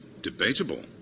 Debatable